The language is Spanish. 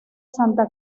santa